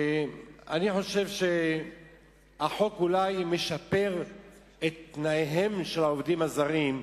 אני חושב שהחוק אולי משפר את תנאיהם של העובדים הזרים,